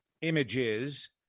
images